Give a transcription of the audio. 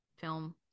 film